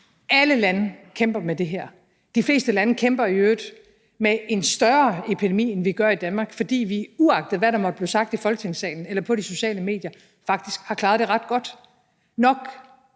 Alle lande kæmper med det her. De fleste lande kæmper i øvrigt med en større epidemi, end vi gør i Danmark, fordi vi, uagtet hvad der måtte blive sagt i Folketingssalen eller på de sociale medier, faktisk har klaret det ret godt, og